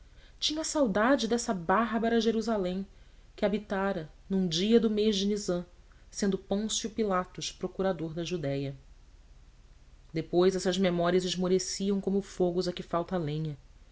tinha saudade dessa bárbara jerusalém que habitara num dia do mês de nizam sendo pôncio pilatos procurador da judéia depois estas memórias esmoreciam como fogos a que falta a lenha